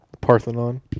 Parthenon